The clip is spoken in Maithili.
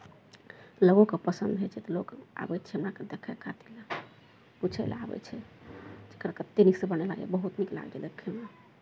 लोककेँ पसन्द होइ छै तऽ लोक आबै छै हमराके देखय खातिर लए पूछय लए आबै छै एकरा कतेक नीकसँ बनेलियै बहुत नीक लागलै देखयमे